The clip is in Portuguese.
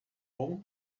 bom